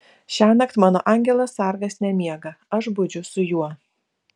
šiąnakt mano angelas sargas nemiega aš budžiu su juo